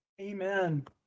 Amen